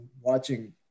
watching